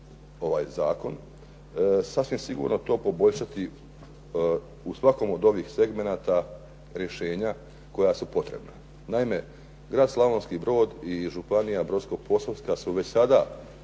ovaj zakon, sasvim sigurno to poboljšati u svakom od ovih segmenata rješenja koja su potrebna. Naime, Grad Slavonski Brod i Županija brodsko-posavska su već sada